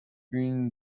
une